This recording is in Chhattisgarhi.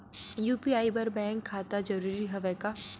यू.पी.आई बर बैंक खाता जरूरी हवय का?